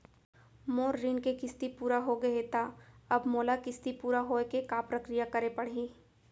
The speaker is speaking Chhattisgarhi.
मोर ऋण के किस्ती पूरा होगे हे ता अब मोला किस्ती पूरा होए के का प्रक्रिया करे पड़ही?